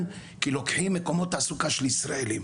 כי לוקחים מקומות תעסוקה של ישראליים,